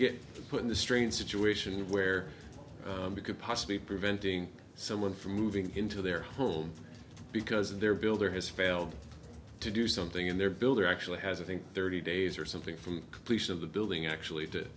get put in the strange situation where you could possibly preventing someone from moving into their home because of their builder has failed to do something in their builder actually has i think thirty days or something from completion of the building actually